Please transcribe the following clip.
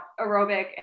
aerobic